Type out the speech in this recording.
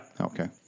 Okay